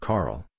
Carl